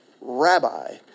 rabbi